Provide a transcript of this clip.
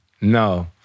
no